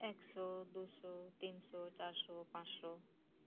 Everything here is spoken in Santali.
ᱮᱠ ᱥᱚ ᱫᱩ ᱥᱚ ᱛᱤᱱ ᱥᱚ ᱪᱟᱨ ᱥᱚ ᱯᱟᱸᱪᱥᱚ